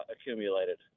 accumulated